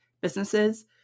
businesses